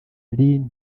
lin